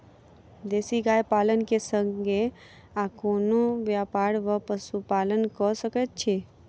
देसी गाय पालन केँ संगे आ कोनों व्यापार वा पशुपालन कऽ सकैत छी?